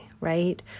Right